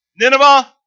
Nineveh